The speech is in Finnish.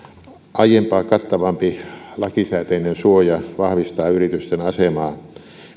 aiempaa kattavampi lakisääteinen suoja vahvistaa yritysten asemaa